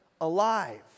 alive